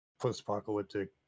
post-apocalyptic